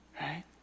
right